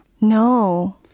No